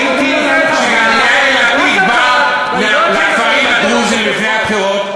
יאיר לפיד בא לכפרים הדרוזיים לפני הבחירות,